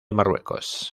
marruecos